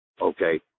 Okay